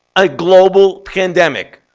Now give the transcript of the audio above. a global pandemic.